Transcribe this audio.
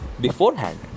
beforehand